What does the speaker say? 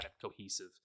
cohesive